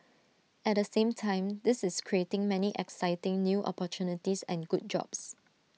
at the same time this is creating many exciting new opportunities and good jobs